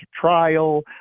trial